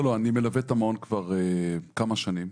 לא, לא, אני מלווה את המעון כבר כמה שנים.